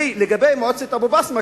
ולגבי מועצת אבו-בסמה,